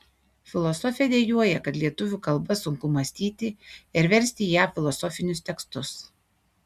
filosofė dejuoja kad lietuvių kalba sunku mąstyti ir versti į ją filosofinius tekstus